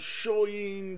showing